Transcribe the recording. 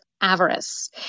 avarice